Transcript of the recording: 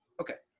okay.